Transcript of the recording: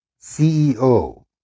CEO